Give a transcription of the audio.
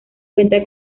cuenta